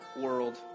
world